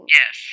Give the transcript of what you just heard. yes